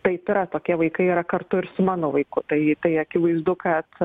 taip yra tokie vaikai yra kartu ir su mano vaiku tai tai akivaizdu kad